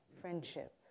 friendship